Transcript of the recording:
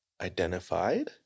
identified